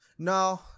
No